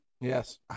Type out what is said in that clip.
Yes